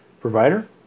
provider